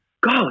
God